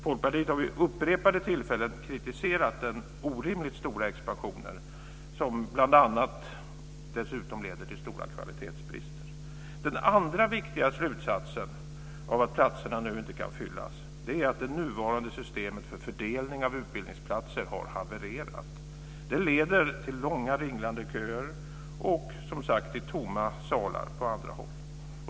Folkpartiet har vid upprepade tillfällen kritiserat den orimligt stora expansionen som bl.a. leder till stora kvalitetsbrister. Den andra viktiga slutsatsen av att platserna nu inte kan fyllas är att det nuvarande systemet för fördelning av utbildningsplatser har havererat. Det leder till långa ringlande köer och, som sagt, till tomma salar på andra håll.